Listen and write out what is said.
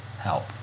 help